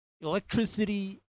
electricity